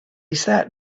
sat